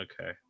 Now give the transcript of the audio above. okay